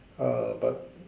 ah but